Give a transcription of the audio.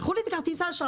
לקחו לי את כרטיס האשראי,